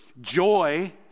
joy